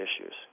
issues